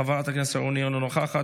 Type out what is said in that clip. חברת הכנסת שרון ניר, אינה נוכחת,